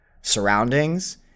surroundings